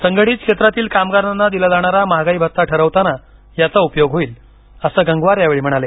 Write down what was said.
संघटित क्षेत्रातील कामगारांना दिला जाणारा महागाई भत्ता ठरवताना याचा उपयोग होईल असं गंगवार यावेळी म्हणाले